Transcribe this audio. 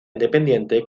independiente